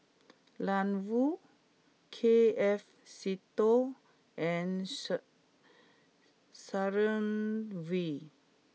Ian Woo K F Seetoh and Sharon Wee